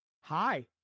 Hi